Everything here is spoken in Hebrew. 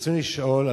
רצוני לשאול: